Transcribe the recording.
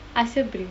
ask her bring